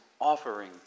offering